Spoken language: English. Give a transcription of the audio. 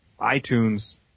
iTunes